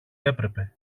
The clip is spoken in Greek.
έπρεπε